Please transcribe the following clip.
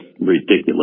ridiculous